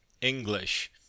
English